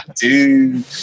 Dude